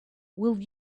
will